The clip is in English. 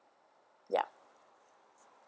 ya